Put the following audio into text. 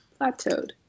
Plateaued